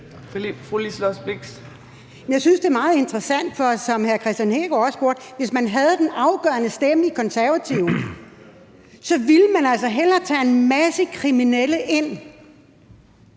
jeg synes, det er meget interessant, for hvis man, som hr. Kristian Hegaard også spurgte om, i Konservative havde den afgørende stemme, så ville man altså hellere tage en masse kriminelle ind